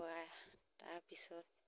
খোৱাই তাৰপিছত